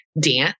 dance